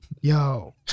Yo